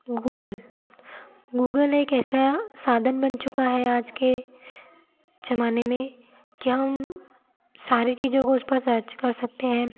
Google Google एक ऐसा साधन बना चुका है आज के ज़माने में कि हम सारी चीज़ों को उस पर सर्च कर सकते हैं